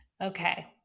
Okay